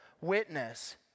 witness